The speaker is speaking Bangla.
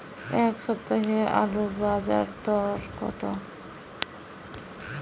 এ সপ্তাহে আলুর বাজার দর কত?